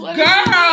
girl